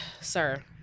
sir